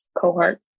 cohort